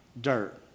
Dirt